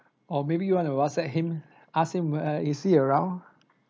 or maybe you want to whatsapp him ask him where is he around